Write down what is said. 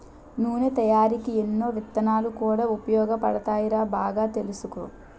నూనె తయారికీ ఎన్నో విత్తనాలు కూడా ఉపయోగపడతాయిరా బాగా తెలుసుకో